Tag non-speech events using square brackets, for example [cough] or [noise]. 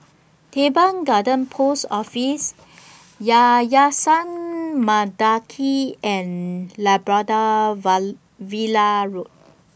Teban Garden Post Office Yayasan Mendaki and Labrador [unintelligible] Villa Road